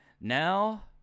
now